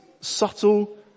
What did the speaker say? subtle